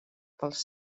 pels